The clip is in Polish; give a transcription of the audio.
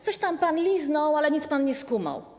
Coś tam pan liznął, ale nic pan nie skumał.